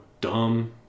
dumb